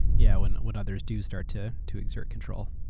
yeah, when when others do start to to exert control.